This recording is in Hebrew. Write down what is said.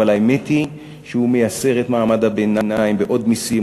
אבל האמת היא שהוא מייסר את מעמד הביניים בעוד מסים,